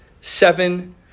seven